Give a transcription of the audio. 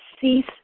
cease